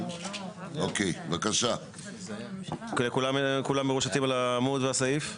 אוקי כולם מרושתים על העמוד והסעיף?